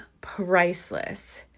priceless